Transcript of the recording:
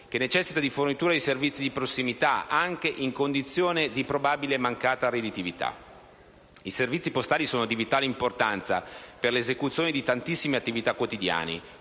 che necessita della fornitura di servizi di prossimità, anche in condizione di probabile mancata redditività. I servizi postali sono di vitale importanza per l'esecuzione di tantissime attività quotidiane,